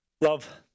Love